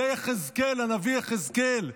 זה הנביא יחזקאל,